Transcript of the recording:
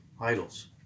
Idols